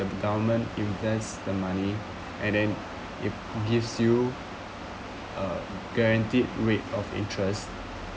the government invest the money and then it gives you a guaranteed rate of interest